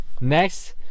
Next